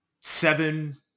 seven